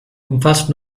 umfasst